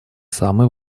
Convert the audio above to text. самый